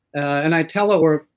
and i telework.